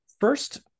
first